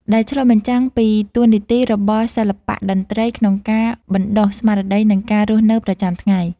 ដែលឆ្លុះបញ្ចាំងពីតួនាទីរបស់សិល្បៈតន្ត្រីក្នុងការបណ្តុះស្មារតី និងការរស់នៅប្រចាំថ្ងៃ។